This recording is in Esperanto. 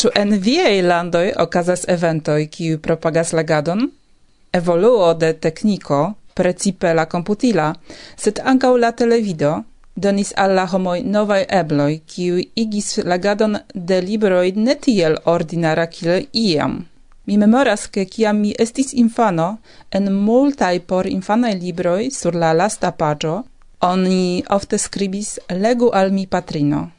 Su en viaj landoj okazas eventoj, kiuj propagas legadon: evoluo de tekniko, precipe la komputila, sed ankaŭ la televido, donis al la homoj novaj ebloj, kiuj igis legadon de libroj ne tiel ordinara kiel iam. Mi memoras, ke kiam mi estis infano, en multaj porinfanaj libroj sur la lasta paĝo, oni ofte skribis: "Legu al mi, patrino!"